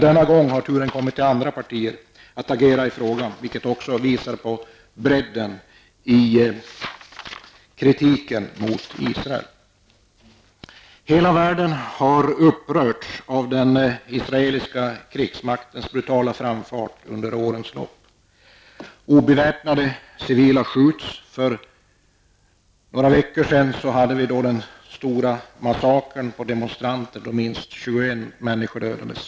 Denna gång har turen kommit till andra partier att agera i frågan, vilket också visar på bredden i kritiken mot Israel. Hela världen har upprörts av den israeliska krigsmaktens brutala framfart under årens lopp. Obeväpnade civila skjuts. För några veckor sedan skedde den stora massakern på demonstranter, då minst 21 människor dödades.